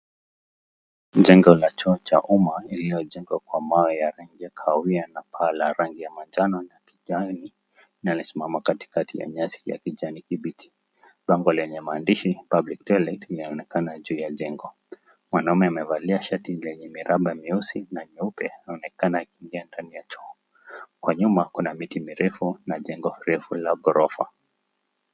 Jengo la choo cha umma lililojengwa kwa mawe ya rangi ya kahawia na paa la rangi ya manjano na kijani, limesimama katikati ya nyasi ya kijani kibichi. Bango lenye maandishi Public toilet linaonekana juu ya jengo. Mwanaume amevalia shati lenye miraba mieusi na mieupe anaonekana akiingia ndani ya choo. Kwa nyuma kuna miti mirefu na jengo refu la ghorofa.